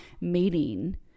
meeting